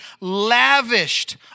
lavished